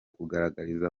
kugaragariza